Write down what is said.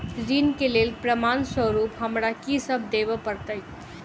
ऋण केँ लेल प्रमाण स्वरूप हमरा की सब देब पड़तय?